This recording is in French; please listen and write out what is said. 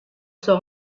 sont